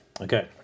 Okay